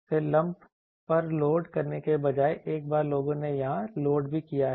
फिर लंप पर लोड करने के बजाय एक बार लोगों ने यहां लोड भी किया है